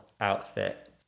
outfit